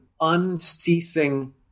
unceasing